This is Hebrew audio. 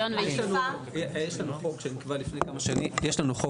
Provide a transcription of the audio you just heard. רישיון --- יש לנו חוק,